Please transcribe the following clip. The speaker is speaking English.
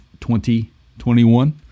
2021